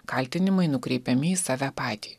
kaltinimai nukreipiami į save patį